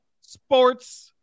sports